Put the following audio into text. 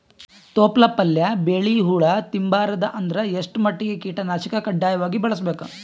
ತೊಪ್ಲ ಪಲ್ಯ ಬೆಳಿ ಹುಳ ತಿಂಬಾರದ ಅಂದ್ರ ಎಷ್ಟ ಮಟ್ಟಿಗ ಕೀಟನಾಶಕ ಕಡ್ಡಾಯವಾಗಿ ಬಳಸಬೇಕು?